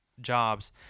jobs